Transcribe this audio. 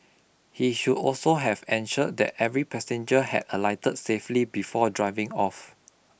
he should also have ensured that every passenger had alighted safely before driving off